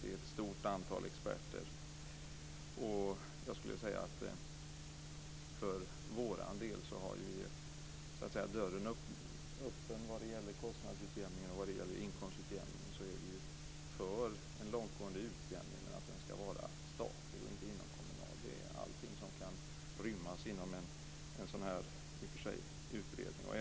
Det är ett stort antal experter. För vår del har vi dörren öppen vad det gäller kostnadsutjämningar, och när det gäller inkomstutjämningen är vi för en långtgående utjämning, men den ska vara statlig och inte inomkommunal. Detta är allting som kan rymmas inom en sådan här, i och för sig, utredning.